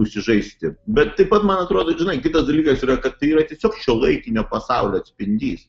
užsižaisti bet taip pat man atrodo žinai kitas dalykas yra kad tai yra tiesiog šiuolaikinio pasaulio atspindys